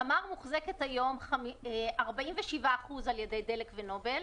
תמר מוחזקת היום ב-47% על ידי דלק ונובל